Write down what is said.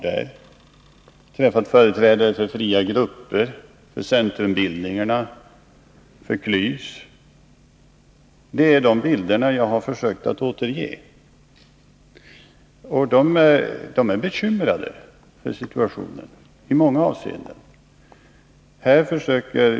Jag träffade företrädare för de fria grupperna, för centrumbildningarna, för KLYS. De är bekymrade över situationen.